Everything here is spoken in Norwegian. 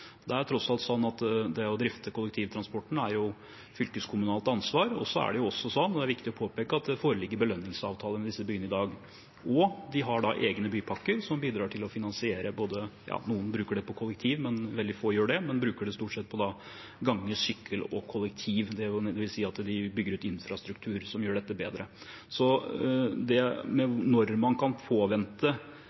er tross alt sånn at det å drifte kollektivtransporten er et fylkeskommunalt ansvar, og det er også sånn – og det er viktig å påpeke – at det foreligger belønningsavtaler med disse byene i dag. De har også egne bypakker som bidrar til finansiering – noen bruker det på kollektiv, men veldig få gjør kun det, de bruker det stort sett på gange, sykkel og kollektiv. Det vil si at de bygger ut infrastruktur som gjør dette bedre. Så med hensyn til når man kan